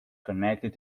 connected